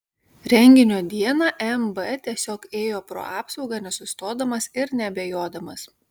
renginio dieną mb tiesiog ėjo pro apsaugą nesustodamas ir neabejodamas